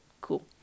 cool